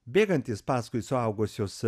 bėgantys paskui suaugusius